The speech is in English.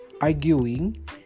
arguing